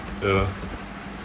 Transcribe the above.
ya lah